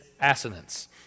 assonance